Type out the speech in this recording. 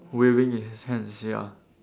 waving his hands ya